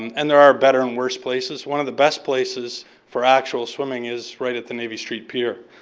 and there are better and worse places. one of the best places for actual swimming is right at the navy street pier.